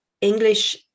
English